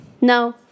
no